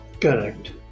Correct